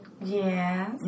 Yes